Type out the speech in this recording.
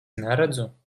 neredzu